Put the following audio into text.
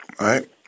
right